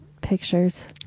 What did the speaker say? pictures